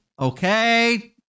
okay